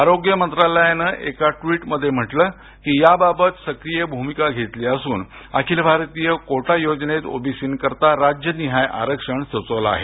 आरोग्य मंत्रालयानं एका ट्विटमध्ये म्हटलं की याबाबत सक्रिय भूमिका घेतली असून अखिल भारतीय कोटा योजनेत ओबीसींकरिता राज्य निहाय आरक्षण सुचवलं आहे